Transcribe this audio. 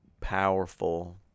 powerful